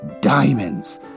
diamonds